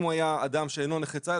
אם הוא היה אדם שאינו נכה צה"ל,